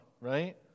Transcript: right